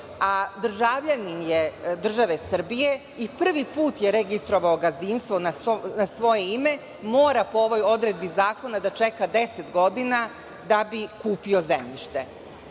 a državljanin je države Srbije i prvi put je registrovao gazdinstvo na svoje ime, mora po ovoj odredbi zakona da čeka 10 godina da bi kupio zemljište. Nema